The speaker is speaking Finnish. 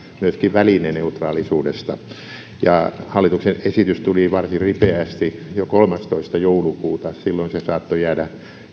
myöskin välineneutraalisuudesta hallituksen esitys tuli varsin ripeästi jo kolmastoista joulukuuta silloin se saattoi jäädä